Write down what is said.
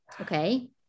Okay